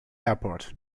airport